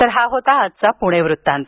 तर हा होता आजचा पुणे वृत्तांत